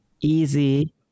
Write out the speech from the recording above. Easy